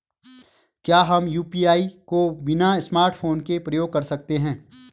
क्या हम यु.पी.आई को बिना स्मार्टफ़ोन के प्रयोग कर सकते हैं?